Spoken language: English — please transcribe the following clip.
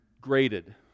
graded